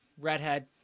Redhead